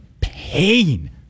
pain